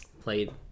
played